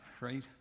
right